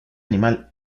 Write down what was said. animal